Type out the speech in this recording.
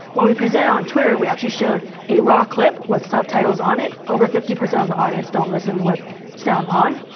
when we presented it on twitter, we actually showed a raw clip with subtitles on it. over fifty percent of the audience don't listen with sound on,